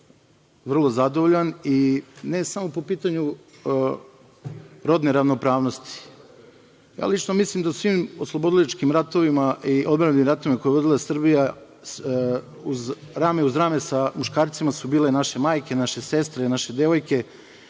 vrlo zadovoljan i ne samo po pitanju rodne ravnopravnosti. Ja lično mislim da u svim oslobodilačkim ratovima i odbrambenim ratovima koje je vodila Srbija, rame uz rame sa muškarcima su bile naše majke, naše sestre, naše devojke.